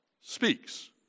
speaks